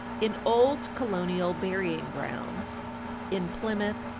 in old colonial burying-grounds in plymouth,